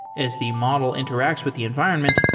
as the model interacts with the environment,